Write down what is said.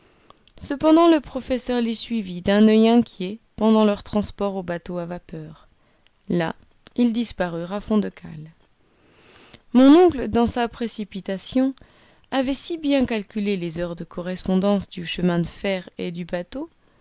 cependant le professeur les suivit d'un oeil inquiet pendant leur transport au bateau à vapeur là ils disparurent à fond de cale mon oncle dans sa précipitation avait si bien calculé les heures de correspondance du chemin de fer et du bateau